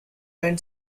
end